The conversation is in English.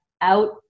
out